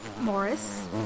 Morris